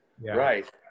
Right